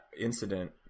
incident